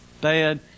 Bad